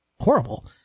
horrible